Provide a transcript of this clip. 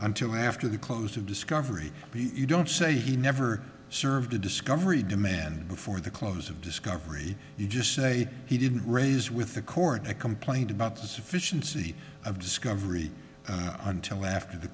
until after the close of discovery you don't say he never served a discovery demand before the close of discovery you just say he didn't raise with the court i complained about the sufficiency of discovery until after the